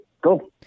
go